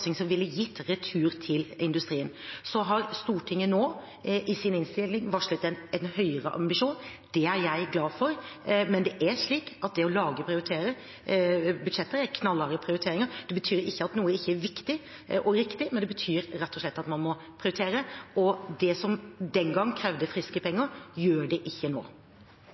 satsing som ville gitt retur til industrien. Stortinget har i sin innstilling nå varslet en høyere ambisjon. Det er jeg glad for, men det å lage budsjetter innebærer knallharde prioriteringer. Det betyr ikke at noe ikke er viktig og riktig, men det betyr rett og slett at man må prioritere, og det som den gang krevde friske penger, gjør det ikke nå.